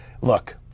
Look